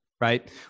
right